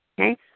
Okay